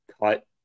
cut